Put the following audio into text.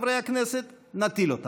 עם יתר המחבלים והטרוריסטים, עמוק מתחת לאדמה.